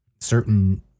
certain